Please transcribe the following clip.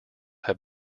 have